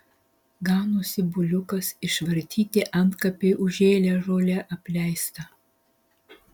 ganosi buliukas išvartyti antkapiai užžėlę žole apleista